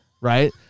Right